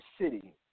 city